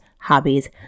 hobbies